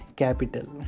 capital